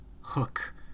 hook